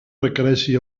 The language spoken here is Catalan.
requereixi